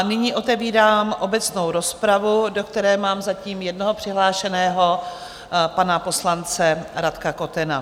Nyní otevírám obecnou rozpravu, do které mám zatím jednoho přihlášeného, pana poslance Radka Kotena.